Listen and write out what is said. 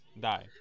die